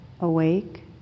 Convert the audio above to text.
Awake